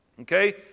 Okay